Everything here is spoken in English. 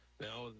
Now